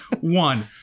One